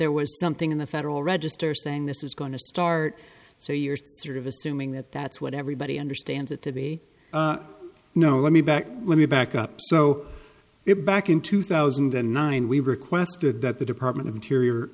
there was something in the federal register saying this is going to start so you're sort of assuming that that's what everybody understands it to be no let me back let me back up so it back in two thousand and nine we requested that the department